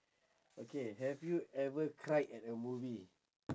okay have you ever cried at a movie